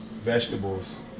vegetables